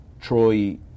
Troy